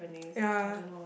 ya